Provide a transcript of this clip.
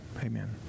amen